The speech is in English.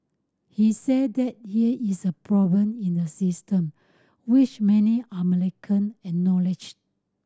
he said that here is a problem in the system which many American acknowledged